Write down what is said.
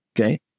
okay